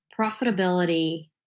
profitability